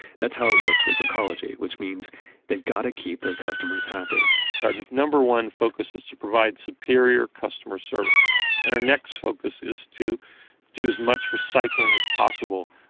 that's how it works with recology, which means they've got to keep their customers happy our number one focus is to provide superior customer service and our next focus is to do as much recycling as possible,